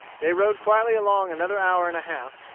they rode quietly along another hour and a half,